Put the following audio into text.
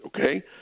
okay